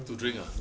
to drink ah